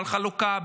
על חלוקה,